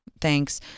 thanks